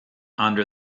under